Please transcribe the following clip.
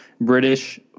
British